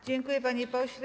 Dziękuję, panie pośle.